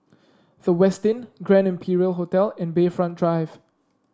The Westin Grand Imperial Hotel and Bayfront Drive